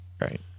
right